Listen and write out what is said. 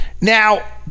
now